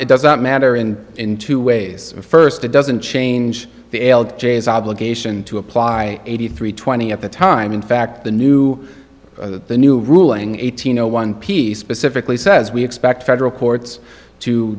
it does not matter in in two ways first it doesn't change the ailed jay's obligation to apply eighty three twenty at the time in fact the new the new ruling eighteen zero one piece specifically says we expect federal courts to